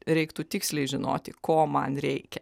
reiktų tiksliai žinoti ko man reikia